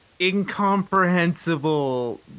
incomprehensible